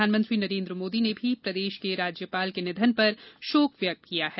प्रधानमंत्री नरेन्द्र मोदी ने भी प्रदेश के राज्यपाल के निधन पर शोक व्यक्त किया है